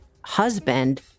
husband